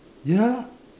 ya